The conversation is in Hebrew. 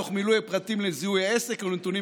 תוך מילוי הפרטים לזיהוי העסק והנתונים